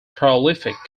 prolific